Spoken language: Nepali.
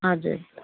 हजुर